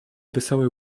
wesołe